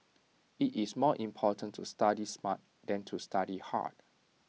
IT is more important to study smart than to study hard